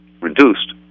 reduced